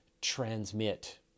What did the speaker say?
transmit